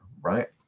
right